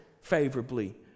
favorably